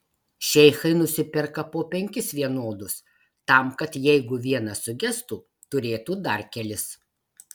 šeichai nusiperka po penkis vienodus tam kad jeigu vienas sugestų turėtų dar kelis